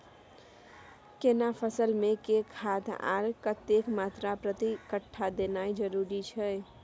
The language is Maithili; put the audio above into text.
केना फसल मे के खाद आर कतेक मात्रा प्रति कट्ठा देनाय जरूरी छै?